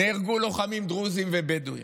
נהרגו לוחמים דרוזים ובדואים,